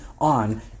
on